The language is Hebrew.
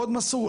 מאוד מסור,